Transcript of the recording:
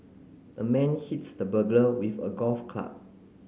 the man hits the burglar with a golf club